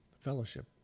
fellowship